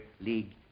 League